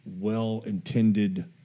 well-intended